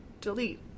delete